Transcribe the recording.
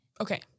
Okay